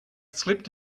slipped